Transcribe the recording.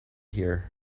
here